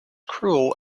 cruel